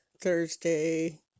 Thursday